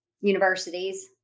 universities